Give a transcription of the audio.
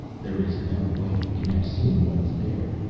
there is no way you can have seen what is there,